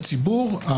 הציבור,